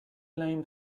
claim